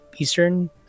eastern